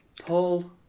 Paul